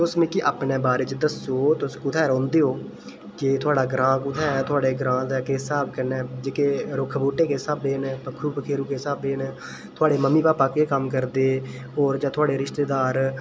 तुस मिगी अपने बारै च दस्सो तुस कुत्थैै रौंहदे ओ ते थुआढ़ा ग्रांऽ कुत्थै ते थुआढ़े ग्रांऽ दा केह् स्हाब् ऐ ते कन्नै रुक्ख बूह्टे किस स्हाबै दे न ते पक्खरू पखेरू किस स्हाबै दे न थुआढ़े मम्मी भापा केह् कम्म करदे होर जां थुआढ़े रिश्तेदार